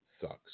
sucks